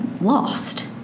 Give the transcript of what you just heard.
lost